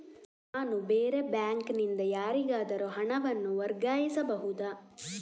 ನಾನು ಬೇರೆ ಬ್ಯಾಂಕ್ ನಿಂದ ಯಾರಿಗಾದರೂ ಹಣವನ್ನು ವರ್ಗಾಯಿಸಬಹುದ?